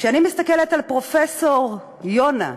כשאני מסתכלת על פרופסור יונה,